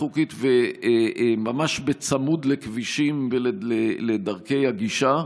חוקית ממש בצמוד לכבישים ולדרכי הגישה,